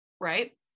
right